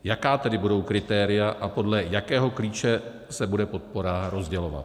Jaká tedy budou kritéria a podle jakého klíče se bude podpora rozdělovat?